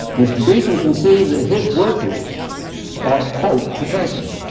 mr. deason can see that his workers are quote, protected.